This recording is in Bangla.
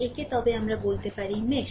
একে তবে আমরা বলতে পারি মেশ